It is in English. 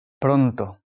pronto